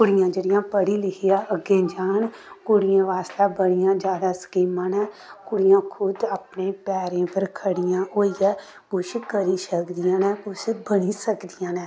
कुड़ियां जेह्ड़ियां पढ़ी लिखियै अग्गें जान कुड़ियें बास्तै बड़ियां ज्यादा स्कीमां न कुड़ियां खुद अपने पैरें उप्पर खड़ियां होइयै कुछ करी सकदियां न कुछ बनी सकदियां न